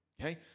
Okay